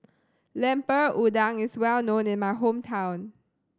Lemper Udang is well known in my hometown